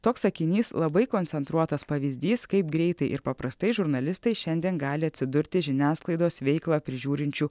toks sakinys labai koncentruotas pavyzdys kaip greitai ir paprastai žurnalistai šiandien gali atsidurti žiniasklaidos veiklą prižiūrinčių